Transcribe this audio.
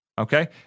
Okay